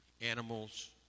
animals